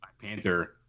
Panther